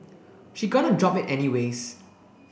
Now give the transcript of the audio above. she gonna drop it anyways